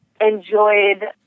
enjoyed